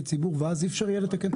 ציבור ואז אי אפשר יהיה לתקן את התקנות?